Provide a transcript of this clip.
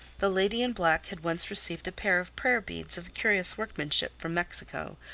the lady in black had once received a pair of prayer-beads of curious workmanship from mexico,